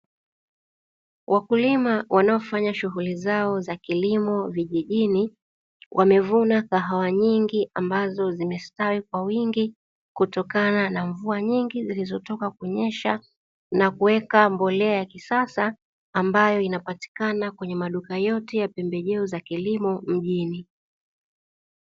Wakulima wanaofanya shughuli zao za kilimo vijijini wamevuna kahawa nyingi, ambazo zimestawi kwa wingi kutokana na mvua nyingi zilizotoka kunyesha na kuweka mbolea ya kisasa, ambayo inapatikana kwenye maduka yote ya pembejeo za kilimo mjini.